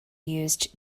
used